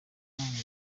umuhanga